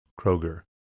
Kroger